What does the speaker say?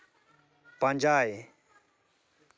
ᱯᱟᱸᱡᱟᱭ